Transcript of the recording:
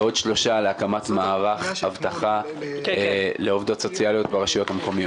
ועוד שלושה להקמת מערך אבטחה לעובדות סוציאליות ברשויות המקומיות.